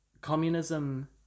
communism